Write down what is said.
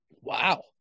wow